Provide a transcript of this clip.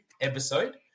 episode